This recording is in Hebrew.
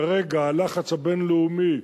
כרגע הלחץ הבין-לאומי,